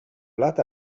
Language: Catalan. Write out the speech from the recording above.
plat